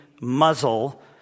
muzzle